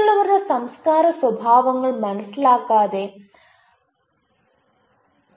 മറ്റുള്ളവരുടെ സംസ്കാര സ്വഭാവങ്ങൾ മനസിലാക്കാതെ